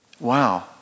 Wow